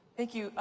thank you.